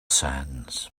sands